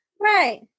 Right